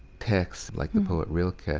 texts like the poet rilke.